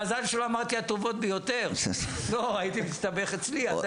מזל שלא אמרתי הטובות ביותר, הייתי מסתבך אצלי.